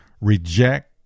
Reject